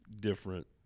different